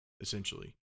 essentially